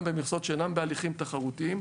גם במכסות שאינן בהליכים תחרותיים,